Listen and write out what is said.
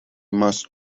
must